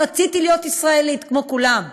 כי רציתי להיות ישראלית כמו כולם.